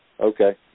Okay